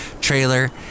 trailer